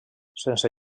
sense